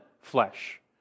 flesh